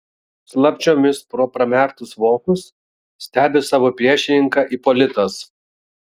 slapčiomis pro pramerktus vokus stebi savo priešininką ipolitas